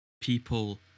people